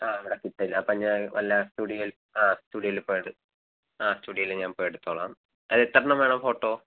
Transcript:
ആ അവിടെ കിട്ടില്ല അപ്പം ഞാൻ വല്ല സ്റ്റുഡിയോയിൽ ആ സ്റ്റുഡിയോയിൽ പോയത് ആ സ്റ്റുഡിയോയിൽ ഞാൻ പോയത് എടുത്തോളാം അ എത്രെണ്ണം വേണം ഫോട്ടൊ